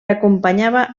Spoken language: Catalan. acompanyava